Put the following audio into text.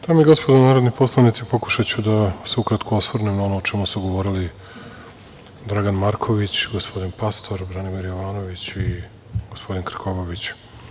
Dame i gospodo narodni poslanici, pokušaću da se ukratko osvrnem na ono o čemu su govorili Dragan Marković, gospodin Pastor, Branimir Jovanović i gospodin Krkobabić.